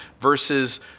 versus